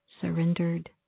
Surrendered